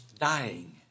dying